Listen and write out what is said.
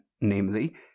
namely